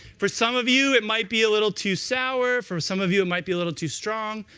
for some of you, it might be a little too sour. for some of you, it might be a little too strong.